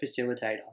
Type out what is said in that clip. facilitator